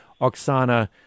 Oksana